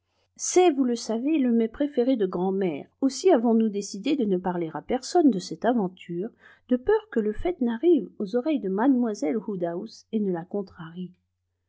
c'est vous le savez le mets préféré de grand'mère aussi avons-nous décidé de ne parler à personne de cette aventure de peur que le fait n'arrive aux oreilles de mlle woodhouse et ne la contrarie